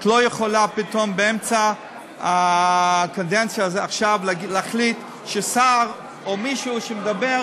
את לא יכולה פתאום באמצע הקדנציה להחליט ששר או מישהו שמדבר,